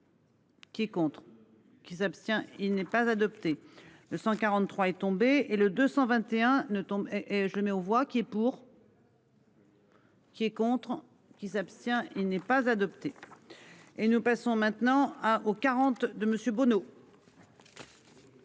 Qui est contre qui s'abstient. Il n'est pas adopté de 143 est tombé et le 221 ne tombe et je mets aux voix qui est pour. Qui est contre qui s'abstient. Il n'est pas adopté. Et nous passons maintenant à aux 40 de monsieur